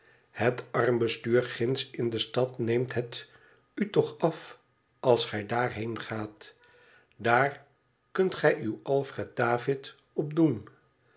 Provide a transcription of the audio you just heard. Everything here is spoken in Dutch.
het armbestuur ginds in de stad neemt het u toch af als gij daarheen gaat daar kunt gij uw alfred david